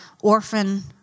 orphan